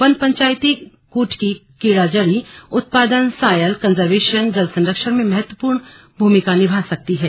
one पंचायतें कृटकी कीड़ा जड़ी उत्पादन सॉयल कन्जर्येशन जल संरक्षण में महत्वपूर्ण भूमिका निभा सकती है